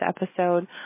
episode